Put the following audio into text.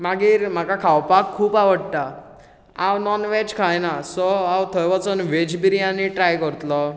मागीर म्हाका खावपाक खूब आवडटा हांव नॉनव्हॅज खायना सो हांव थंय वचून व्हॅज बिरयानी ट्राय करतलो